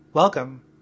Welcome